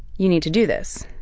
you need to do this.